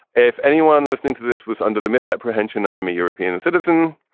if anyone listening to this was under the misapprehension i'm a european citizen,